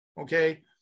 Okay